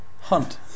Hunt